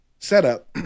Setup